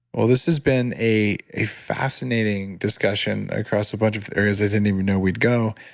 well, this has been a a fascinating discussion across a bunch of areas i didn't even know we'd go,